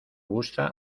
gusta